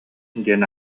диэн